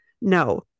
no